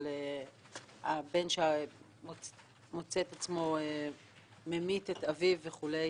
בן שממית את אביו וכדומה.